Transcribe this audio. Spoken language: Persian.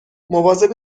مواظب